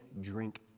drink